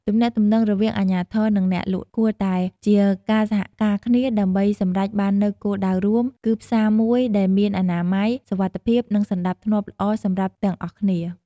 ទំនាក់ទំនងរវាងអាជ្ញាធរ និងអ្នកលក់គួរតែជាការសហការគ្នាដើម្បីសម្រេចបាននូវគោលដៅរួម គឺផ្សារមួយដែលមានអនាម័យ សុវត្ថិភាព និងសណ្ដាប់ធ្នាប់ល្អសម្រាប់ទាំងអស់គ្នា។